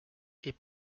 est